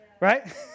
right